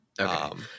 okay